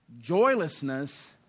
Joylessness